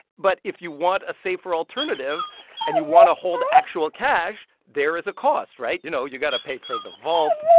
but if you want a safer alternative and you want to hold actual cash, there is a cost, right? you know, you've got to pay for the vault,